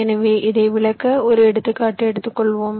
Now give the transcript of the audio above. எனவே இதை விளக்க ஒரு எடுத்துக்காட்டு எடுத்துக்கொள்வோம்